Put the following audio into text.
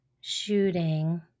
shooting